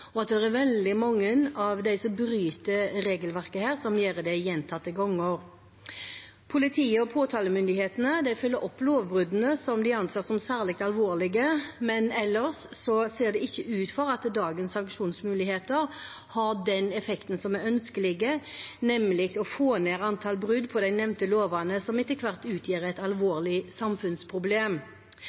og at det er veldig mange av dem som bryter regelverket her, som gjør det gjentatte ganger. Politiet og påtalemyndighetene følger opp lovbruddene som de anser som særlig alvorlige, men ellers ser det ikke ut til at dagens sanksjonsmuligheter har den effekten som er ønskelig, nemlig å få ned antall brudd på de nevnte lovene, som etter hvert utgjør et alvorlig samfunnsproblem.